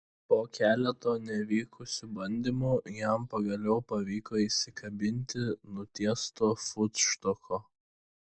po keleto nevykusių bandymų jam pagaliau pavyko įsikabinti nutiesto futštoko